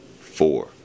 four